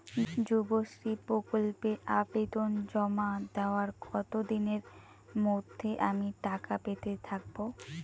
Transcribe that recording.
যুবশ্রী প্রকল্পে আবেদন জমা দেওয়ার কতদিনের মধ্যে আমি টাকা পেতে থাকব?